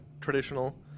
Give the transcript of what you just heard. traditional